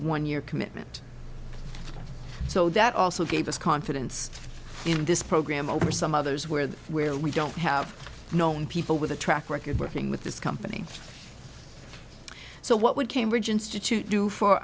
one year commitment so that also gave us confidence in this program over some others where the where we don't have known people with a track record working with this company so what would cambridge institute do for